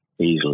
easily